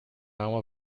now